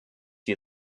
ihr